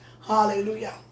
Hallelujah